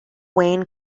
wayne